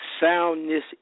soundness